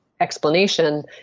explanation